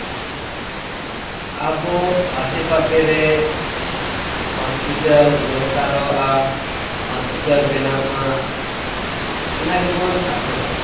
ᱟᱵᱚ ᱟᱥᱮᱯᱟᱥᱮ ᱨᱮ ᱦᱚᱥᱯᱤᱴᱟᱞ ᱫᱚᱨᱠᱟᱨᱚᱜᱼᱟ ᱦᱚᱥᱯᱤᱴᱟᱞ ᱵᱮᱱᱟᱜᱼᱢᱟ ᱚᱱᱟᱜᱮᱵᱚᱱ ᱟᱥᱚᱜᱼᱟ